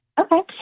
Okay